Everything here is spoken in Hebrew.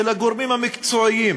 של הגורמים המקצועיים